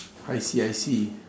I see I see